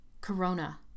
Corona